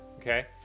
okay